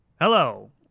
Hello